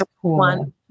one